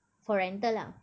for rental lah